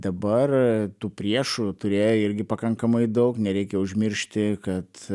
dabar tu priešų turėjo irgi pakankamai daug nereikia užmiršti kad